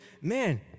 man